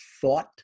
thought